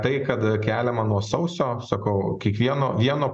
tai kad keliama nuo sausio sakau kiekvieno vieno